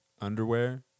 Underwear